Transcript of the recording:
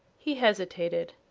he hesitated.